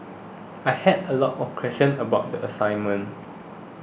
I had a lot of questions about the assignment